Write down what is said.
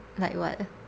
like what